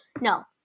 No